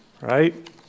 right